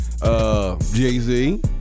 Jay-Z